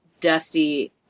Dusty